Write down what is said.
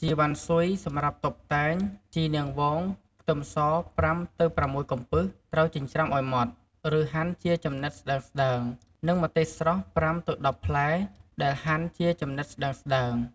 ជីរវ៉ាន់ស៊ុយសម្រាប់តុបតែង, ជីនាងវង, ខ្ទឹមស ៥ ទៅ ៦ កំពឹស ត្រូវចិញ្ច្រាំឲ្យម៉ដ្ឋ ឬហាន់ជាចំណិតស្តើងៗ, និងម្ទេសស្រស់ ៥ទៅ១០ ផ្លែ ដែលហាន់ជាចំណិតស្តើងៗ។